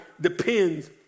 depends